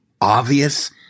obvious